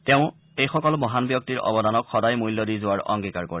তেওঁ এইসকল মহান ব্যক্তিৰ অৱদানক সদায় মূল্য দি যোৱাৰ অংগীকাৰ কৰে